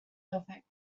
perfect